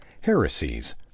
Heresies